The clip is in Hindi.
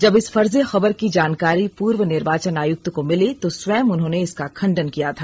जब इस फर्जी खबर की जानकारी पूर्व निर्वाचन आयुक्त को मिली तो स्वयं उन्होंने इसका खंडन किया था